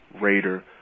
Raider